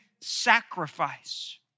sacrifice